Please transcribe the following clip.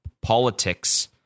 politics